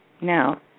Now